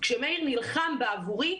כשמאיר נלחם בעבורי,